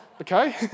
okay